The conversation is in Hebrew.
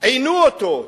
עינו אותו,